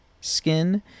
skin